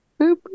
boop